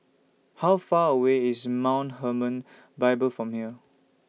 How Far away IS Mount Hermon Bible from here